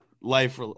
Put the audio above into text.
life